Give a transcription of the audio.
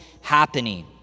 happening